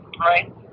Right